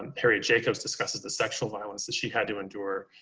um harriet jacobs discusses the sexual violence that she had to endure.